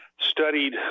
studied